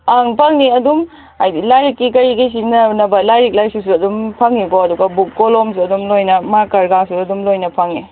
ꯑꯪ ꯐꯪꯅꯤ ꯑꯗꯨꯝ ꯍꯥꯏꯗꯤ ꯂꯥꯏꯔꯤꯛꯀꯤ ꯀꯔꯤꯒꯤ ꯁꯤꯖꯟꯅꯅꯕ ꯂꯥꯏꯔꯤꯛ ꯂꯥꯏꯁꯨꯁꯨ ꯑꯗꯨꯝ ꯐꯪꯉꯤꯀꯣ ꯑꯗꯨꯒ ꯕꯨꯛ ꯀꯣꯂꯣꯝꯁꯨ ꯑꯗꯨꯝ ꯅꯣꯏꯅ ꯃꯥꯔꯀꯔꯒꯁꯨ ꯑꯗꯨꯝ ꯂꯣꯏꯅ ꯐꯪꯉꯤ